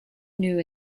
new